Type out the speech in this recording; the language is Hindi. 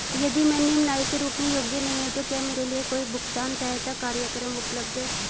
यदि मैं निम्न आय के रूप में योग्य नहीं हूँ तो क्या मेरे लिए कोई भुगतान सहायता कार्यक्रम उपलब्ध है?